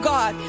God